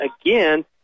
again